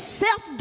self